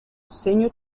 assegno